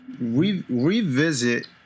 revisit